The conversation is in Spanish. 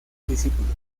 discípulos